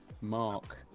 Mark